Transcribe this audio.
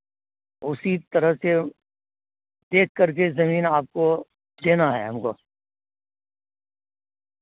اسی طرح سے دیکھ کر کے زمین آپ کو لینا ہے ہم کو